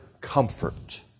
comfort